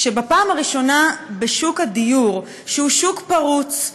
בפעם הראשונה בשוק הדיור, שהוא שוק פרוץ,